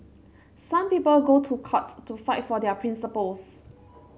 some people go to court to fight for their principles